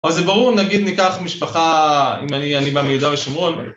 אז זה ברור אם נגיד ניקח משפחה, אם אני בא מיהודה ושומרון,